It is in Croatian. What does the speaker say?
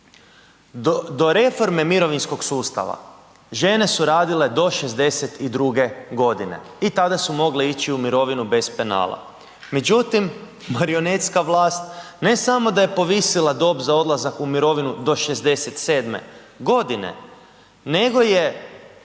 Do reforme mirovinskog sustava, žene su radile do 62. godine i tada su mogle ići u mirovinu bez penala. Međutim, marionetska vlast, ne samo da je povisila dob za odlazak u mirovinu do 67. godine, nego je